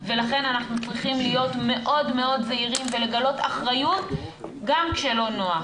ולכן אנחנו צריכים להיות מאוד מאוד זהירים ולגלות אחריות גם כשלא נוח.